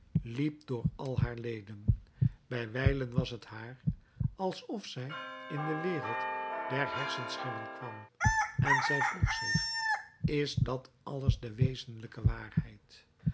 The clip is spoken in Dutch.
liep door al haar leden bij wijlen was t haar alsof zij in de wereld der hersenschimmen kwam en zij vroeg zich is dat alles de wezenlijke waarheid